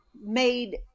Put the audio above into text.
made